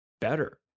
better